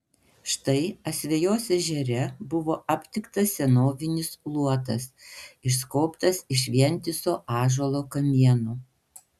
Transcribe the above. štai asvejos ežere buvo aptiktas senovinis luotas išskobtas iš vientiso ąžuolo kamieno